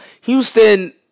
Houston